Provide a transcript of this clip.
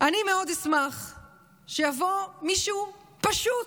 שיבוא מישהו פשוט